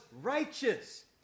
righteous